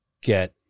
get